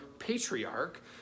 patriarch